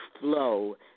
flow